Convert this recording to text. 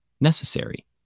necessary